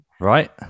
Right